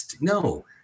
no